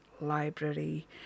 library